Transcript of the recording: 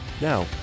Now